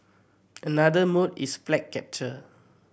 another mode is flag capture